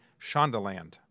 Shondaland